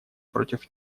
против